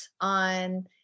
on